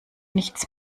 nichts